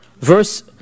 verse